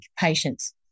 patients